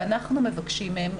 ואנחנו מבקשים מהם.